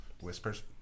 Whispers